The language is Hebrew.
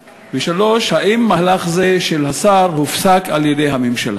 3. האם מהלך זה של השר הופסק על-ידי הממשלה?